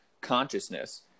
consciousness